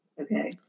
Okay